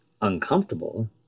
uncomfortable